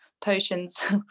potions